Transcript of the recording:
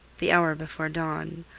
the hour before dawn,